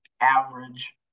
average